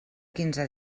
quinze